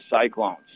Cyclones